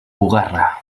bugarra